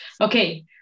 Okay